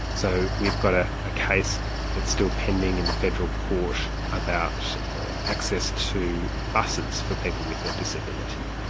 so we've got ah a case that's still pending in the federal court about access to buses for people with a disability,